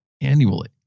annually